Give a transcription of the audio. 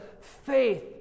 faith